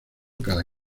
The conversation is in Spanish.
cada